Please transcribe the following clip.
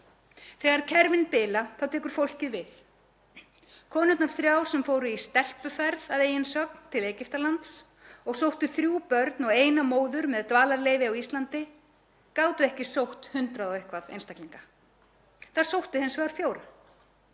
Þegar kerfin bila tekur fólkið við. Konurnar þrjár sem fóru í stelpuferð að eigin sögn til Egyptalands og sóttu þrjú börn og eina móður með dvalarleyfi á Íslandi gátu ekki sótt 100 og eitthvað einstaklinga. Þær sóttu hins vegar fjóra.